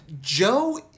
Joe